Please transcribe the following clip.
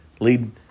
lead